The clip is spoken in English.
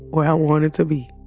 where i wanted to be.